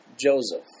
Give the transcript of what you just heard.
Joseph